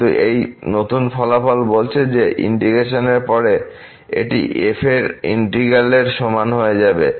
কিন্তু এই নতুন ফলাফল বলছে যে ইন্টিগ্রেশনের পরে এটি f এর ইন্টিগ্রালের সমান হয়ে যাবে